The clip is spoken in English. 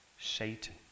Satan